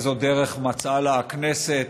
איזו דרך מצאה לה הכנסת